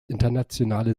internationale